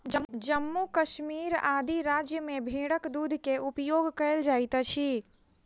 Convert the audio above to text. जम्मू कश्मीर आदि राज्य में भेड़क दूध के उपयोग कयल जाइत अछि